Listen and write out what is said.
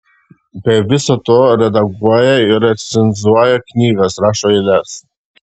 be viso to redaguoja ir recenzuoja knygas rašo eiles